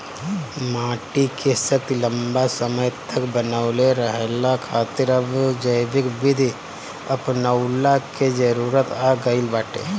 माटी के शक्ति लंबा समय तक बनवले रहला खातिर अब जैविक विधि अपनऊला के जरुरत आ गईल बाटे